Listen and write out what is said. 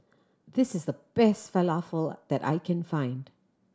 this is the best Falafel that I can find